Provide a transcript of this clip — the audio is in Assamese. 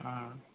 অঁ